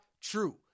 true